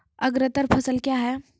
अग्रतर फसल क्या हैं?